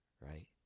right